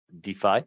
DeFi